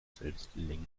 selbstlenkende